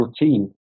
routine